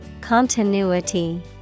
Continuity